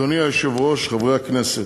אדוני היושב-ראש, חברי הכנסת,